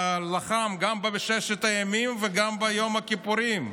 לחם גם בששת הימים וגם ביום הכיפורים.